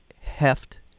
heft